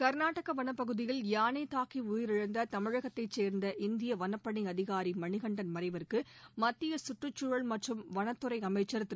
கர்நாடக வனப்பகுதியில் யானை தாக்கி உயிரிழந்த தமிழகத்தைச் சேர்ந்த இந்திய வனப்பணி அதிகாரி மணிகண்டன் மறைவுக்கு மத்திய கற்றுக்சூழல் மற்றும் வனத்துறை அமைச்சர் திரு